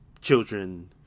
children